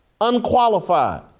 unqualified